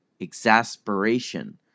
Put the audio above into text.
exasperation